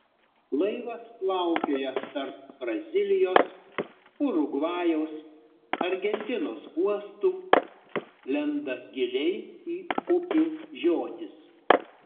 laivas plaukioja tarp brazilijos urugvajaus argentinos uostų lenda giliai į upių žiotis